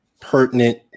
pertinent